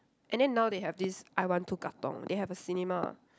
and then now they have this I one two Katong they have a cinema